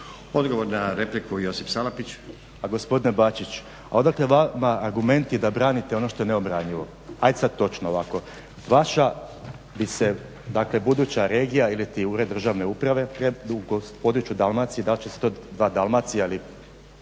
**Salapić, Josip (HDSSB)** Pa gospodine Bačić a odakle vama argumenti da branite ono što je neobranjivo, ajde sada točno ovako. Vaša bi se dakle buduća regija ili'ti ured državne uprave …/Govornik se ne razumije./… Dalmaciji da li će se to zvati Dalmacija ili,